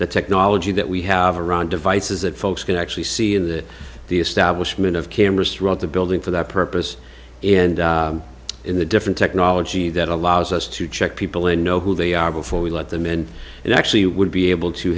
the technology that we have around devices that folks can actually see in that the establishment of cameras throughout the building for that purpose and in the different technology that allows us to check people and know who they are before we let them in and actually would be able to